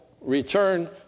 return